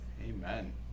Amen